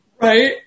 Right